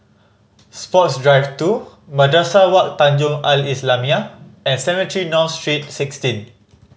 Sports Drive Two Madrasah Wak Tanjong Al Islamiah and Cemetry North Street Sixteen